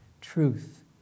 Truth